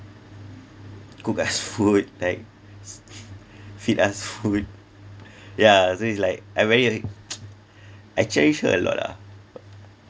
cook us food like feed us food yeah so it's like I very I cherish her a lot lah